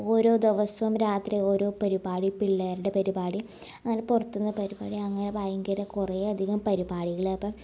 ഓരോ ദിവസവും ഓരോ പരിപാടി പിള്ളേരുടെ പരിപാടി അങ്ങനെ പുറത്ത്ന്ന് പരിപാടി അങ്ങനെ ഭയങ്കര കുറെ അധികം പരിപാടികൾ അപ്പം